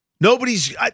Nobody's